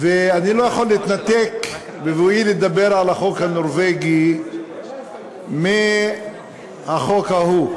ואני לא יכול להתנתק בבואי לדבר על החוק הנורבגי מהחוק ההוא,